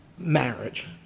Marriage